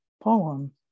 poem